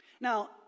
Now